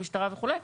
המשטרה וכולי.